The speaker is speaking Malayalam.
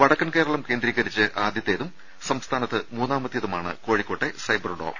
വടക്കൻ കേരളം കേന്ദ്രീകരിച്ച് ആദ്യത്തേതും സംസ്ഥാനത്ത് മൂന്നാമത്തെതുമാണ് കോഴിക്കോട്ടെ സൈബർഡോം